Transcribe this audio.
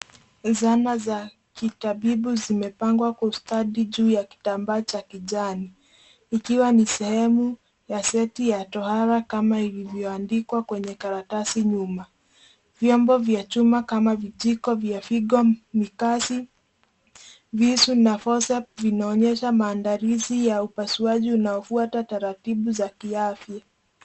Sana za kitabibu zimepangwa kwa ustadi juu ya kitambaa cha kijani ikiwa ni sehemu ya seti ya tohara kama ilivyoandikwa kwenye karatasi nyuma, vyombo vya chuba kama vijiko vya vigo, mikazi, vizu na vinaonyesha maandari hizi ya upasuaji unafwata taratibu za kiafya.